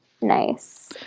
nice